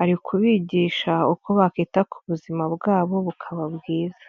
ari kubigisha uko bakita ku buzima bwabo bukaba bwiza.